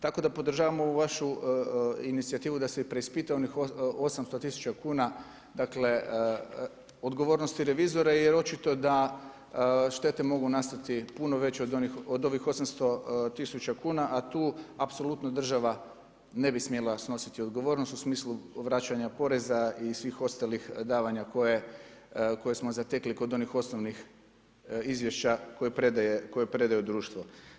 Tako da podržavamo ovu vašu inicijativu da se preispitaju onih 800000 kn dakle, odgovornosti revizora, jer očito da štete mogu nastati puno veće od ovih 800000 kuna, a tu apsolutno država ne bi smjela snositi odgovornost u smislu vraćanja poreza i svih ostalih davanja koje smo zatekli kod onih osnovnih izvješća koju predaje društvu.